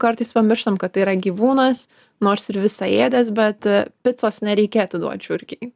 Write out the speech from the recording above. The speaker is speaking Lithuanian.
kartais pamirštam kad tai yra gyvūnas nors ir visaėdis bet picos nereikėtų duot žiurkei